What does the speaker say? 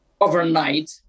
overnight